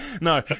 no